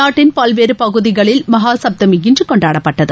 நாட்டின் பல்வேறு பகுதிகளில் மகாசப்தமி இன்று கொண்டாடப்பட்டது